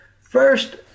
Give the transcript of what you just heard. First